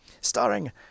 starring